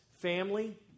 family